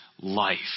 life